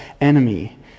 enemy